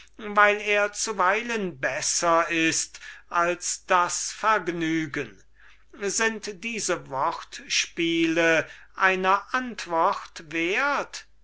weil er zuweilen besser ist als das vergnügen sind diese wortspiele einer antwort wert